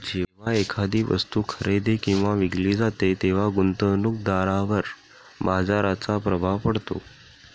जेव्हा एखादी वस्तू खरेदी किंवा विकली जाते तेव्हा गुंतवणूकदारावर बाजाराचा प्रभाव पडतो